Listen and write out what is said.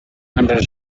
under